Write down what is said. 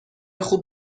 خوب